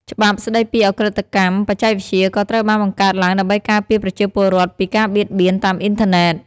ច្បាប់ស្ដីពីឧក្រិដ្ឋកម្មបច្ចេកវិទ្យាក៏ត្រូវបានបង្កើតឡើងដើម្បីការពារប្រជាពលរដ្ឋពីការបៀតបៀនតាមអ៊ីនធឺណិត។